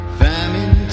famine